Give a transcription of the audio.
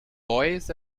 boys